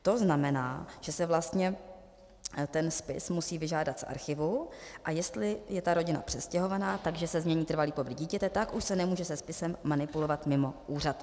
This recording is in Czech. To znamená, že se vlastně ten spis musí vyžádat z archívu, a jestli je ta rodina přestěhovaná, takže se změní trvalý pobyt dítěte, tak už se nemůže se spisem manipulovat mimo úřad.